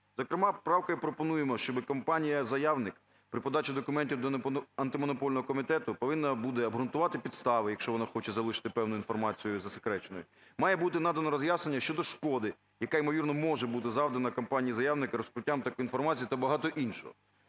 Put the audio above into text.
Зокрема, правкою пропонуємо, щоби компанія-заявник при подачі документів до Антимонопольного комітету повинна буде обґрунтувати підстави, якщо вона хоче залишити певну інформацію засекреченою, має бути надано роз'яснення щодо шкоди, яка ймовірно може бути завдана компанії-заявник розкриттям такої інформації та багато іншого.